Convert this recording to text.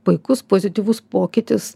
puikus pozityvus pokytis